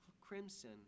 crimson